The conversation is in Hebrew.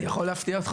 אז אני אפתיע אותך